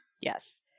Yes